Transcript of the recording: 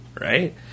right